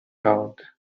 out